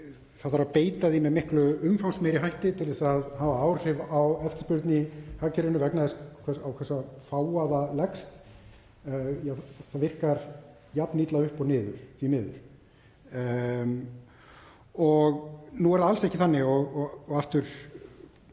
það þarf að beita því með miklu umfangsmeiri hætti til þess að hafa áhrif á eftirspurn í hagkerfinu vegna þess á hversu fáa það leggst. Það virkar jafn illa upp og niður, því miður. Það er alls ekki þannig, og aftur